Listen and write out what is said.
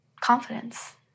confidence